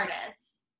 artists